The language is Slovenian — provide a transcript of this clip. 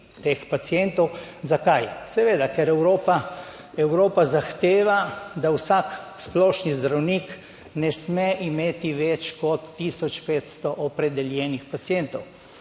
teh pacientov. Zakaj? Seveda, ker Evropa, Evropa zahteva, da vsak splošni zdravnik ne sme imeti več kot tisoč 500 opredeljenih pacientov,